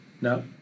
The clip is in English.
No